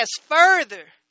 further